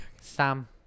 Sam